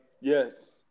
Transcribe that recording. Yes